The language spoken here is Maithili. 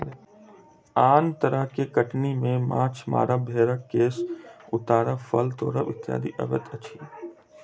आन तरह के कटनी मे माछ मारब, भेंड़क केश उतारब, फल तोड़ब इत्यादि अबैत अछि